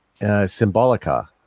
Symbolica